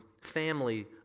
family